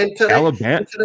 Alabama